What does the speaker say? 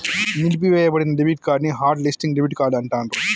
నిలిపివేయబడిన debit card ని hot listing debit card అంటాండ్రు